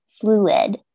fluid